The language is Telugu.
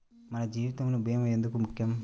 మన జీవితములో భీమా ఎందుకు ముఖ్యం?